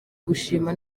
gushima